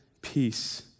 peace